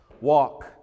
walk